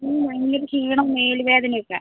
മ് ഭയങ്കര ക്ഷീണം മേല് വേദനയൊക്കെ